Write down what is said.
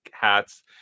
hats